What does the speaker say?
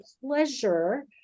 pleasure